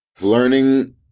Learning